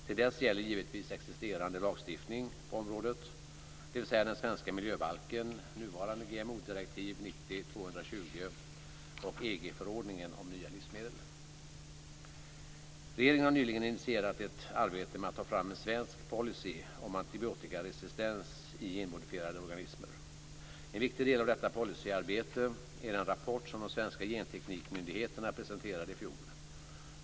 Till dess gäller givetvis existerande lagstiftning på området, dvs. den svenska miljöbalken, nuvarande GMO-direktiv Regeringen har nyligen initierat ett arbete med att ta fram en svensk policy om antibiotikaresistens i GMO. En viktig del i detta policyarbete är den rapport som de svenska genteknikmyndigheterna presenterade i fjol.